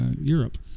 Europe